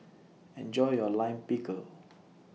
Enjoy your Lime Pickle